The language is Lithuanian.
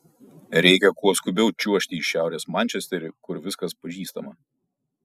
reikia kuo skubiau čiuožti į šiaurės mančesterį kur viskas pažįstama